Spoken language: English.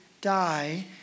die